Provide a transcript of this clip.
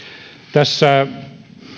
tässä